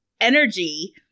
energy